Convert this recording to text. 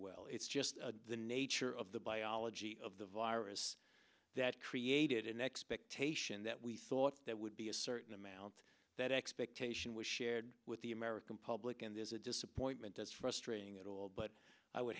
well it's just the nature of the biology of the virus that created an expectation that we thought that would be a certain amount that expectation was shared with the american public and there's a disappointment that's frustrating at all but i would